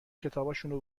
کتابشونو